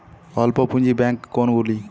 অল্প পুঁজি ব্যাঙ্ক কোনগুলি?